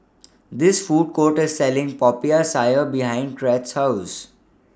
This Food courter Selling Popiah Sayur behind Crete's House